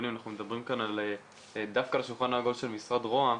אנחנו מדברים על השולחן העגול של משרד רוה"מ,